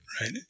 Right